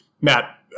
Matt